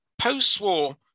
post-war